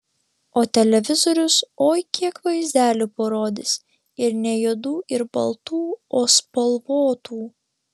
o televizorius oi kiek vaizdelių parodys ir ne juodų ir baltų o spalvotų